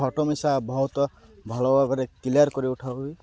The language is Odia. ଫଟୋ ମିଶା ବହୁତ ଭଲ ଭାବରେ କ୍ଲିଅର କରି ଉଠାହୁଏ